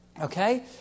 Okay